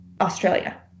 Australia